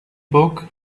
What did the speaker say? book